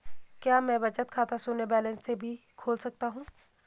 क्या मैं बचत खाता शून्य बैलेंस से भी खोल सकता हूँ?